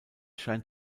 scheint